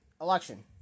election